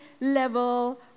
level